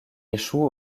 échoue